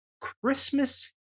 Christmas